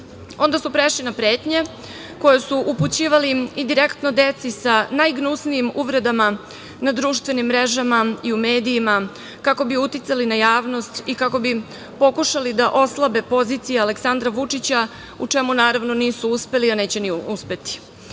Onda su prešli na pretnje koje su upućivali i direktno deci sa najgnusnijim uvredama na društvenim mrežama i u medijima, kako bi uticali na javnost i kako bi pokušali da oslabe poziciju Aleksandra Vučića, a u čemu nisu uspeli, a neće ni